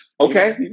okay